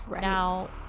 Now